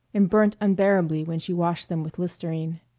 and burnt unbearably when she washed them with listerine.